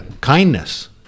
kindness